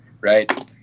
right